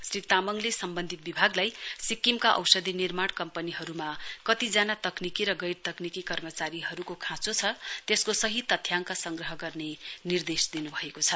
श्री तामङले सम्वन्धित विभागलाई सिक्किमका औषधी निर्माण कम्पनीहरुमा कतिजना तकनिकी र गैर तकनिकी कर्मचारीहरुको खाँचो छ त्यसको सही तथ्याङ्ग संग्रह गर्ने निर्देश दिनुभएको छ